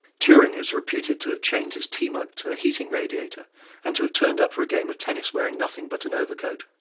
turing is reputed to have chained his tea mug to a heating radiator and to have turned up for a game of tennis wearing nothing but an overcoat.